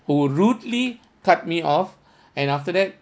who rudely cut me off and after that